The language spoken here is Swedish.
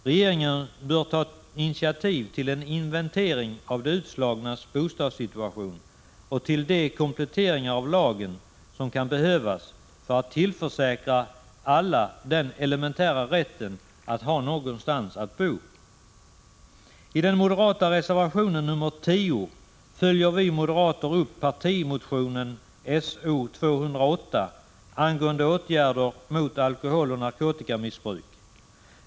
Regeringen bör ta initiativ till en inventering av de utslagnas bostadssituation och till de kompletteringar av lagen som kan behövas för att tillförsäkra alla den elementära rätten att ha någonstans att bo. I den moderata reservationen 10 följer vi moderater upp partimotionen S0208 angående åtgärder mot alkoholoch narkotikamissbruk.